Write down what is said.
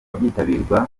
byitabirwa